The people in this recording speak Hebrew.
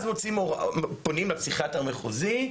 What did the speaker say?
אז פונים לפסיכיאטר המחוזי,